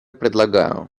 предлагаю